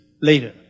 later